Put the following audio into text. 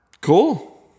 Cool